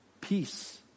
peace